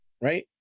right